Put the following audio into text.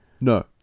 No